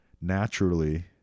naturally